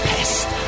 Pest